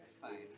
fine